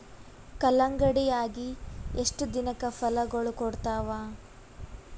ಕಲ್ಲಂಗಡಿ ಅಗಿ ಎಷ್ಟ ದಿನಕ ಫಲಾಗೋಳ ಕೊಡತಾವ?